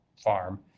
farm